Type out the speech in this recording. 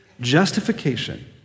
Justification